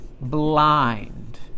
blind